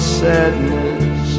sadness